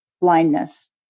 blindness